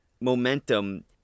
momentum